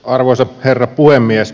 arvoisa herra puhemies